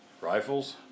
Rifles